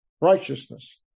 righteousness